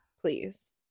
Please